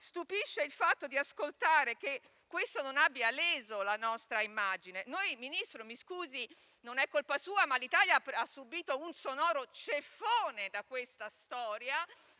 stupisce ascoltare che questo non abbia leso la nostra immagine. Signor Ministro, mi scusi, non è colpa sua, ma l'Italia ha subito un sonoro ceffone da questa storia